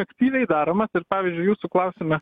aktyviai daromas ir pavyzdžiui jūsų klausime